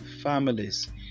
families